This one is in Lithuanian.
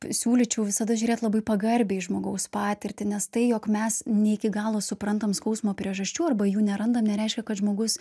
siūlyčiau visada žiūrėt labai pagarbiai į žmogaus patirtį nes tai jog mes ne iki galo suprantam skausmo priežasčių arba jų nerandam nereiškia kad žmogus